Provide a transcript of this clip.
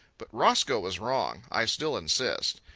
but roscoe was wrong, i still insist.